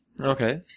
Okay